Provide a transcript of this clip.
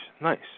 Nice